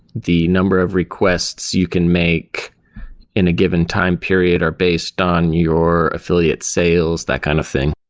the number of requests you can make in a given time period are based on your affiliate sales, that kind of thing.